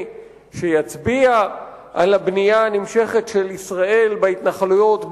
שיצביע על הבנייה הנמשכת של ישראל בהתנחלויות,